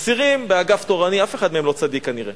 אסירים באגף תורני, אף אחד מהם לא צדיק, כנראה,